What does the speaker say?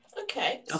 okay